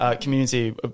community